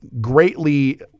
Greatly